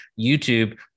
YouTube